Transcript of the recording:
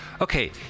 Okay